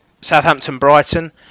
Southampton-Brighton